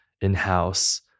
in-house